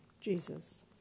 Jesus